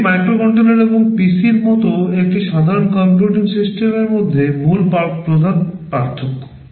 এগুলি মাইক্রোকন্ট্রোলার এবং PCর মতো একটি সাধারণ কম্পিউটিং সিস্টেমের মধ্যে প্রধান পার্থক্য